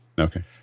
Okay